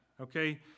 okay